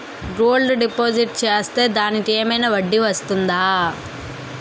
Gold deposit చేస్తే దానికి ఏమైనా వడ్డీ వస్తుందా?